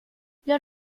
los